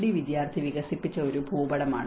D വിദ്യാർത്ഥി വികസിപ്പിച്ച ഒരു ഭൂപടമാണ്